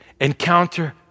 Encounter